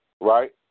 right